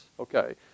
Okay